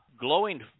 glowing